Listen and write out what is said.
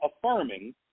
affirming